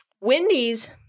Wendy's